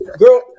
girl